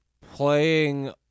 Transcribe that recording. playing